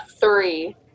three